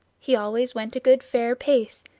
he always went a good fair pace,